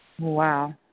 Wow